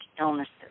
illnesses